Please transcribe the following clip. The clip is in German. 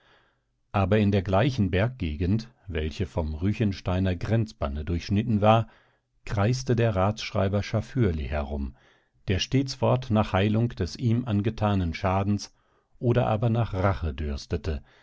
aber in der gleichen berggegend welche vom ruechensteiner grenzbanne durchschnitten war kreiste der ratsschreiber schafürli herum der stetsfort nach heilung des ihm angetanen schadens oder aber nach rache dürstete